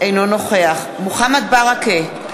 אינו נוכח מוחמד ברכה,